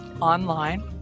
online